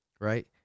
Right